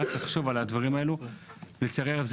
לצערי הרב,